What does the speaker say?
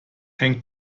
hängt